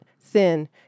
thin